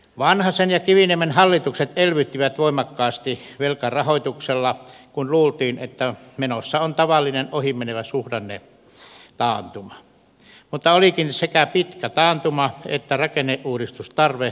vanhasen ja kiviniemen hallitukset elvyttivät voimakkaasti velkarahoituksella kun luultiin että menossa on tavallinen ohimenevä suhdannetaantuma mutta olikin sekä pitkä taantuma että rakenneuudistustarve yhtä aikaa